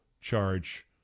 Charge